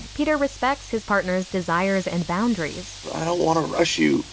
peter respects his partner's desires and boundaries i don't want to rush you.